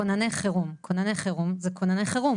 כונני חירום זה כונני חירום.